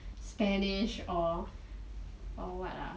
spanish or or what ah